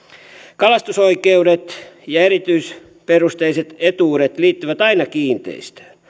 kalastusoikeudet ja erityisperusteiset etuudet liittyvät aina kiinteistöön